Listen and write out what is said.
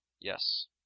Yes